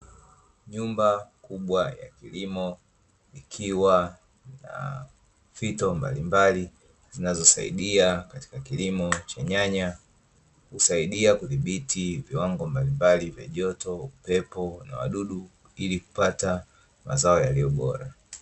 Nyumba kubwa ya kilimo ikiwa na fito mbalimbali zinazosaidia katika kilimo cha nyanya, husaidia kudhibiti viwango mbalimbali vya joto upepo na wadudu ili kupata mazao yaliyobora.